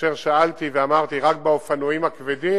כאשר שאלתי ואמרתי, רק באופנועים הכבדים?